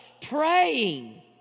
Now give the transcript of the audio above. praying